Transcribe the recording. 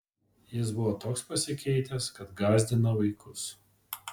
jis buvo toks pasikeitęs kad gąsdino vaikus